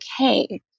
okay